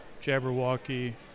Jabberwocky